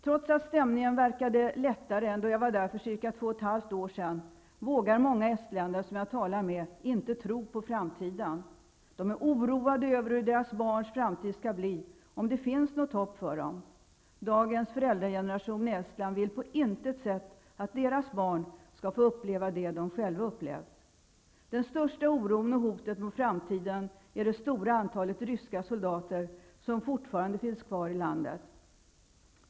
Trots att stämningen verkade lättare än då jag var där för cirka två och ett halvt år sedan vågar många estländare som jag talade med inte tro på framtiden. De är oroade över hur deras barns framtid skall bli, över om det finns något hopp för dem. Dagens föräldrageneration i Estland vill på intet sätt att deras barn skall få uppleva det de själva upplevt. Den största oron och det största hotet mot framtiden är det stora antalet ryska soldater som fortfarande finns kvar i landet.